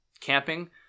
camping